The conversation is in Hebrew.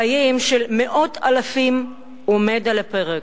חייהם של מאות אלפים עומדים על הפרק.